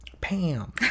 Pam